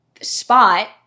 spot